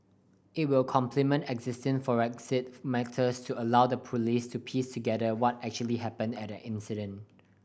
it will complement existing forensic methods to allow the Police to piece together what actually happened at an incident